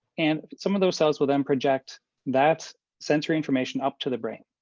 and some of those cells will then project that sensory information up to the brain.